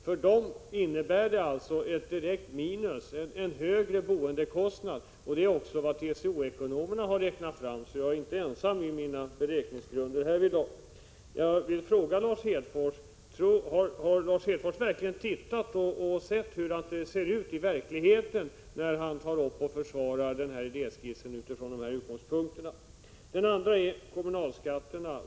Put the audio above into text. För dem innebär förslaget ett minus, dvs. en högre boendekostnad, och det har också TCO-ekonomerna räknat fram, så jag är inte ensam med mina beräkningsgrunder härvidlag. Jag vill fråga Lars Hedfors om han har tittat på hur det ser ut i verkligheten när han försvarar idéskissen utifrån dessa utgångspunkter. Den andra frågeställningen gäller kommunalskatterna.